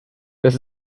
das